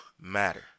matter